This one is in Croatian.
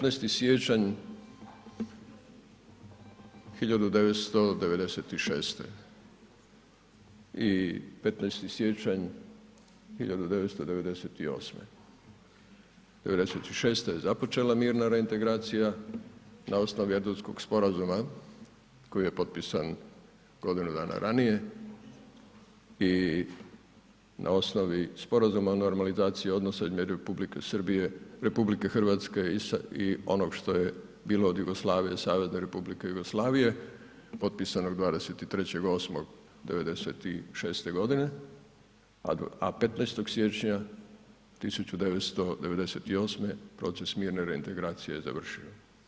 15. siječnja 1996. i 15. siječnja 1998. 96. je započela mirna reintegracija, na osnovi Erdutskog sporazuma koji je potpisan godinu dana ranije i na osnovi Sporazuma o normalizaciji odnosa između Republike Hrvatske i onog što je bilo od Jugoslavije, Savezne republike Jugoslavije, potpisanog 23.8.1996. g., a 15. siječnja 1998. proces mirne reintegracije je završio.